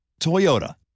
Toyota